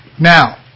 Now